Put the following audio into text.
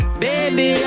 baby